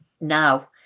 now